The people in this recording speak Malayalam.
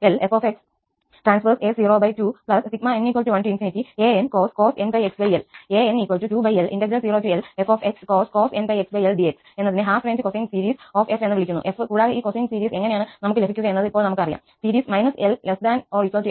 fa02 n1an cos nπxL an 2L0Lfx cos nπxL dx എന്നതിനെ half range cosine series of f എന്ന് വിളിക്കുന്നു fകൂടാതെ ഈ കൊസൈൻ സീരീസ് എങ്ങനെയാണ് നമുക്ക് ലഭിക്കുകയെന്ന് ഇപ്പോൾ നമുക്കറിയാം സീരീസ് L ≤ 𝑥